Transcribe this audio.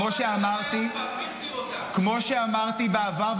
כמו שאמרתי בעבר,